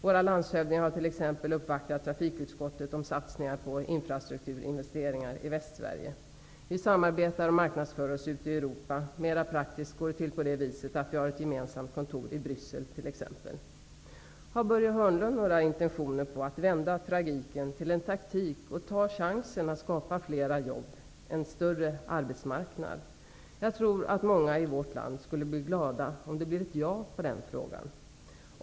Våra landshövdingar har t.ex. uppvaktat trafikutskottet om satsningar på infrastrukturinvesteringar i Västsverige. Vi samarbetar och marknadsför oss ute i Europa. Mera praktiskt går det till på ett sådant sätt att vi t.ex. har ett gemensamt kontor i Har Börje Hörnlund några intentioner när det gäller att vända tragiken till en taktik och ta chansen att skapa fler jobb, en större arbetsmarknad? Jag tror att många i vårt land skulle bli glada om det blir ett ja på den frågan.